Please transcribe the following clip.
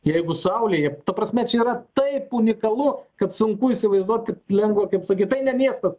jeigu saulėje ta prasme čia yra taip unikalu kad sunku įsivaizduot lengva kaip sakyt tai ne miestas